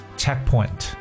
checkpoint